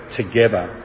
together